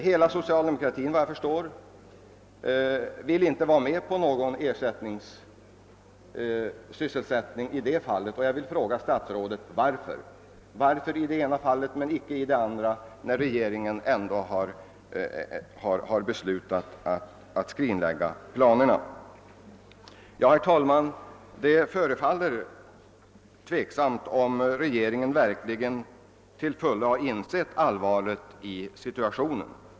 Hela socialdemokratin vill enligt vad jag förstår inte vara med på någon ersättningssysselsättning i detta fall, och jag vill fråga statsrådet varför regeringen vill vara med i det ena fallet men icke i det andra när den ändå beslutat skrinlägga planerna. Herr talman! Det förefaller tveksamt om regeringen verkligen till fullo insett allvaret i situationen.